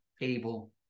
able